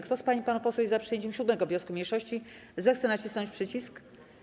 Kto z pań i panów posłów jest za przyjęciem 7. wniosku mniejszości, zechce nacisnąć przycisk.